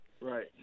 Right